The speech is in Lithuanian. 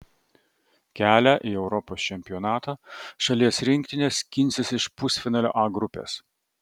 kelią į europos čempionatą šalies rinktinė skinsis iš pusfinalio a grupės